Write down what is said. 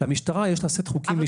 למשטרה יש סט חוקים משלה.